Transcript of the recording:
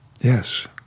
yes